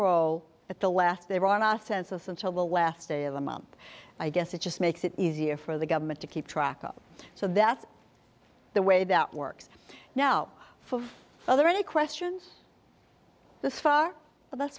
at the last there are not a census until the last day of the month i guess it just makes it easier for the government to keep track of so that's the way that works now for other any questions this far but that's